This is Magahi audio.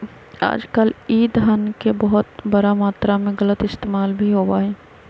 आजकल ई धन के बहुत बड़ा मात्रा में गलत इस्तेमाल भी होबा हई